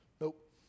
nope